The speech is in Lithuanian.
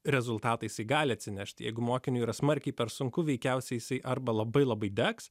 rezultatais gali atsinešti jeigu mokiniui yra smarkiai per sunku veikiausiai arba labai labai degs